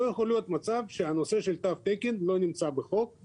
לא יכול להיות מצב שהנושא של תו תקן לא נמצא בחוק.